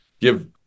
give